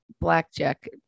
blackjack